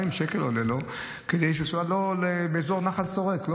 2,000 שקל עולה לו כדי לנסוע באזור נחל שורק,